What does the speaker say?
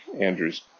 Andrew's